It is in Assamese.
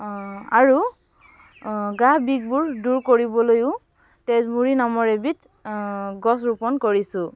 আৰু গা বিষবোৰ দূৰ কৰিবলৈও তেজমূৰি নামৰ এবিধ গছ ৰোপণ কৰিছোঁ